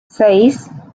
seis